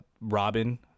Robin